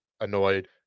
annoyed